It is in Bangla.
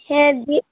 হ্যাঁ